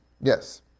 Yes